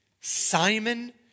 Simon